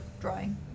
drawing